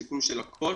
סיכום של הכול,